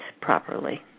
properly